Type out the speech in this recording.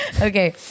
Okay